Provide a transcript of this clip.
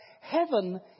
heaven